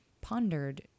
pondered